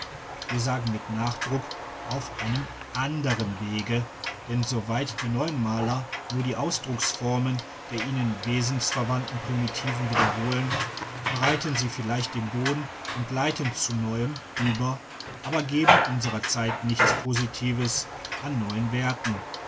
wir sagen mit nachdruck auf einem anderen wege denn soweit die neuen maler nur die ausdrucksformen der ihnen wesensverwandten primitiven wiederholen bereiten sie vielleicht den boden und leiten zu neuem über aber geben unserer zeit nichts positives an neuen werten